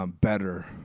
better